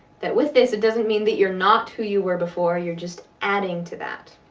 that with this, it doesn't mean that you're not who you were before you're just adding to that